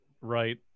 right